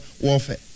warfare